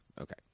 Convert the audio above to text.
Okay